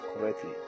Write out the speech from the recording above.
correctly